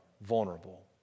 vulnerable